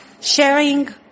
sharing